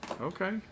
Okay